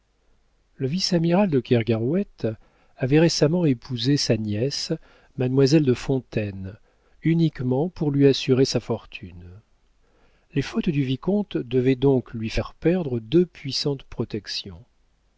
le vice-amiral de kergarouët avait récemment épousé sa nièce mademoiselle de fontaine uniquement pour lui assurer sa fortune les fautes du vicomte devaient donc lui faire perdre deux puissantes protections